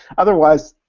otherwise,